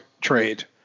trade